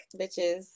bitches